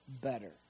better